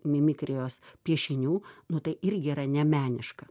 mimikrijos piešinių nu tai irgi yra nemeniška